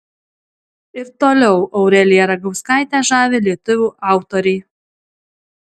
ir toliau aureliją ragauskaitę žavi lietuvių autoriai